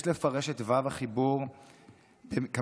יש לפרש את וי"ו החיבור כמצרף